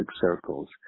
circles